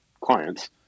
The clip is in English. clients